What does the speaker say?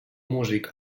músic